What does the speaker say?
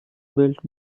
built